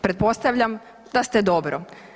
Pretpostavljam da ste dobro.